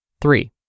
Three